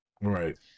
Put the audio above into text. Right